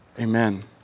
Amen